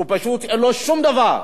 פשוט אין לו שום דבר.